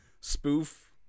spoof